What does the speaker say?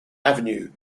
avenue